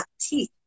teeth